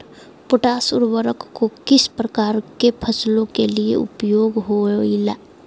Potash उर्वरक को किस प्रकार के फसलों के लिए उपयोग होईला?